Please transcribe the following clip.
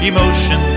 Emotion